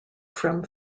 from